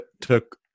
took